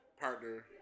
partner